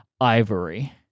Ivory